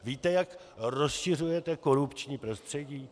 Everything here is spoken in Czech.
Víte, jak rozšiřujete korupční prostředí?